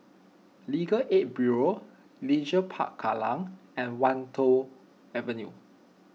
Legal Aid Bureau Leisure Park Kallang and Wan Tho Avenue